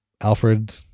Alfred